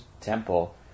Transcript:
Temple